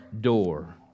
door